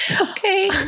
Okay